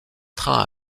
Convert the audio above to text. trains